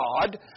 God